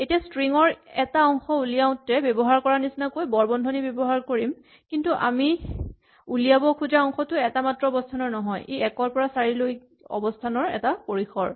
এনেকৈ ষ্ট্ৰিং ৰ এটা অংশ উলিয়াওতে ব্যৱহাৰ কৰা নিচিনাকৈ বৰ বন্ধনী ব্যৱহাৰ কৰিম কিন্তু আমি উলিয়াব খোজা অংশটো এটা মাত্ৰ অৱস্হানৰ নহয় ই ১ ৰ পৰা ৪ লৈ অৱস্হানৰ এটা পৰিসৰ